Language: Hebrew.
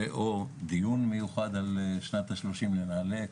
או דיון מיוחד לשנת ה-30 לנעל"ה.